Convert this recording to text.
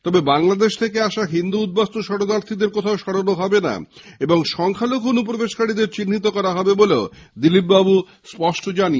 তবে বাংলাদেশ থেকে আসা হিন্দু উদ্বাস্তু শরণার্থীদের কোথাও সরানো হবে না এবং সংখ্যালঘু অনুপ্রবেশকারীদের চিহ্নিত করা হবে বলেও দিলীপ বাবু স্পষ্ট জানান